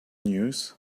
news